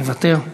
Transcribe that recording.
מוותר.